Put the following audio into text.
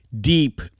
deep